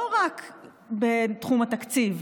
לא רק בתחום התקציב.